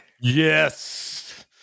Yes